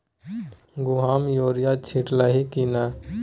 गहुम मे युरिया छीटलही की नै?